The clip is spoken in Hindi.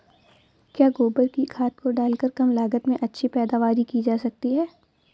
क्या गोबर की खाद को डालकर कम लागत में अच्छी पैदावारी की जा सकती है?